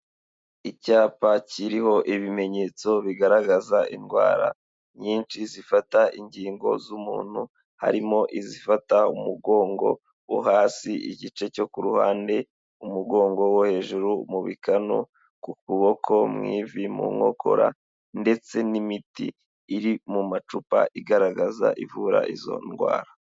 Icyapa kiriho ibimenyetso bigaragaza indwara nyinshi zifata ingingo z'umuntu, harimo izifata umugongo wo hasi igice cyo ku ruhande, umugongo wo hejuru mu bikano, ku kuboko, mu ivi, mu nkokora ndetse n'imiti iri mu macupa igaragaza, ivura izo ndwara.